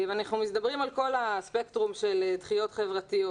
אנחנו מדברים על כל הספקטרום של דחיות חברתיות,